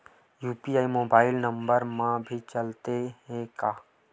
UPI mobile number मा भी चलते हे का?